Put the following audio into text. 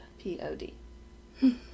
P-O-D